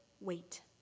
wait